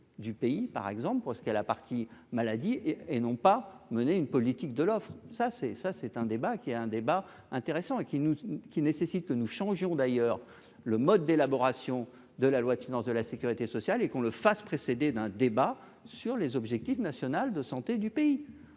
du pays par exemple pour ce qu'est la partie maladie et non pas mener une politique de l'offre, ça, c'est ça, c'est un débat qui est un débat intéressant et qui nous qui nécessite que nous changeons d'ailleurs le mode d'élaboration de la loi de finance de la Sécurité sociale et qu'on le fasse, précédé d'un débat sur les objectifs national de santé du pays